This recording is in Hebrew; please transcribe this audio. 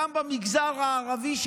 גם במגזר הערבי,